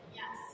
yes